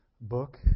book